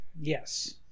Yes